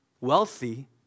wealthy